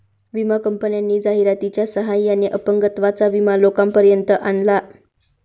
विमा कंपन्यांनी जाहिरातीच्या सहाय्याने अपंगत्वाचा विमा लोकांपर्यंत आणला